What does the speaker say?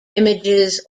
images